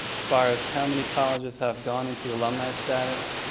as far as how many colleges have gone into alumni status,